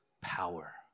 power